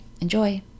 enjoy